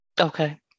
Okay